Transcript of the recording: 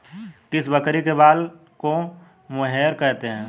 किस बकरी के बाल को मोहेयर कहते हैं?